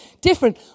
different